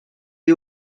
les